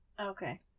Okay